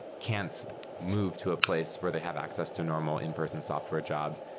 can't move to a place where they have access to normal in-person software jobs,